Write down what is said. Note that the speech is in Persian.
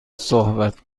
صحبت